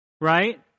Right